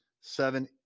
seven